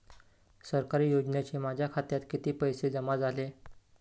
सरकारी योजनेचे माझ्या खात्यात किती पैसे जमा झाले?